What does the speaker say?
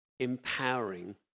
empowering